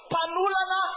Panulana